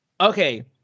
okay